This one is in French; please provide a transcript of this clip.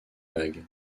vague